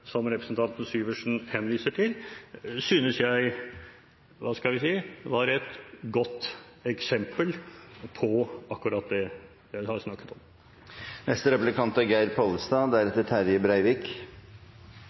som representanten Syversen henviser til, synes jeg var et godt eksempel på akkurat det vi har snakket om. Senterpartiet føreslår å avlysa flyseteavgifta. Høgre og Framstegspartiet seier nei til det. Dette er